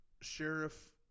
Sheriff